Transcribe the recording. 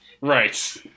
Right